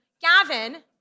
Gavin